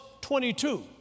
22